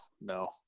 no